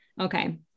okay